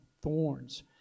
thorns